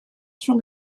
rhwng